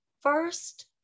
first